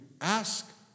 ask